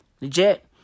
Legit